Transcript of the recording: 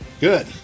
Good